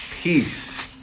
Peace